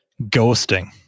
ghosting